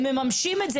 הם מממשים את זה.